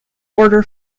order